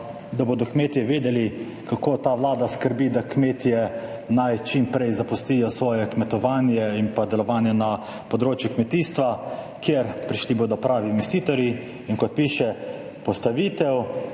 da bodo kmetje vedeli, kako ta vlada skrbi, da naj kmetje čim prej zapustijo svoje kmetovanje in delovanje na področju kmetijstva, prišli bodo pravi investitorji in, kot piše, postavitev